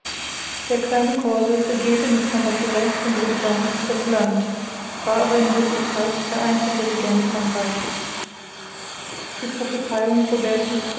der kleine corse regierte mit cambacrs und lebrun das land war aber in wirklichkeit der einzige regent frankreich's die prophezeiung